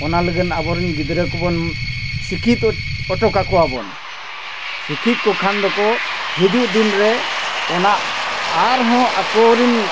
ᱚᱱᱟ ᱞᱟᱜᱟᱱ ᱟᱵᱚᱨᱮᱱ ᱜᱤᱫᱽᱨᱟᱹ ᱠᱚᱵᱚᱱ ᱥᱤᱠᱷᱤᱛ ᱚᱴᱚ ᱠᱟᱠᱚᱣᱟᱵᱚᱱ ᱥᱤᱠᱷᱤᱛ ᱠᱚ ᱠᱷᱟᱱ ᱫᱚᱠᱚ ᱦᱤᱡᱩᱜ ᱫᱤᱱ ᱨᱮ ᱚᱱᱟ ᱟᱨᱦᱚᱸ ᱟᱠᱚ ᱨᱮᱱ